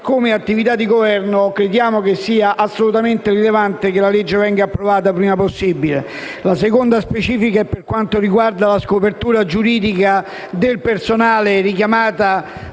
dell'attività di Governo, crediamo che sia assolutamente rilevante che la legge venga approvata il prima possibile. La seconda specifica riguarda la scopertura giuridica del personale militare,